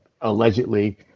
allegedly